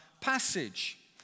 passage